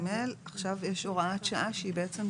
בסדר.